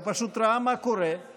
הוא פשוט ראה מה קורה,